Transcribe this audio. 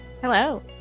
Hello